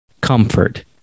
comfort